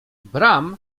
bram